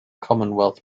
commonwealth